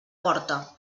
porta